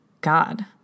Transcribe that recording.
God